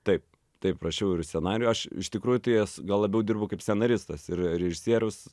taip taip rašiau ir scenarijų aš iš tikrųjų tai aš gal labiau dirbu kaip scenaristas ir režisierius